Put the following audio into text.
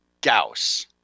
Gauss